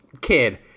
kid